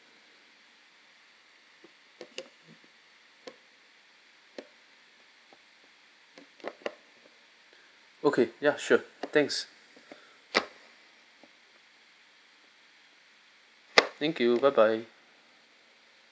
okay ya sure thanks thank you bye bye